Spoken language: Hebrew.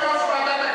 מה את,